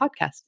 podcast